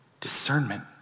discernment